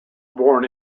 born